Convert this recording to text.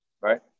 right